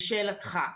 לשאלתך.